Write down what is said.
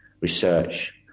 research